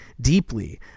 deeply